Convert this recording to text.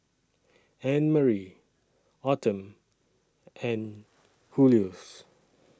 Annmarie Autumn and